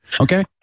okay